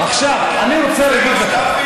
אני רוצה להגיד לך,